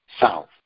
south